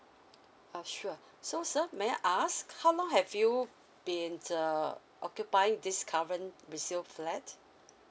ah sure so sir may I ask how long have you been uh occupying this current resale flat